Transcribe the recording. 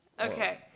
Okay